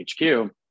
HQ